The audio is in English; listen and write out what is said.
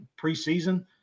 preseason